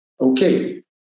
okay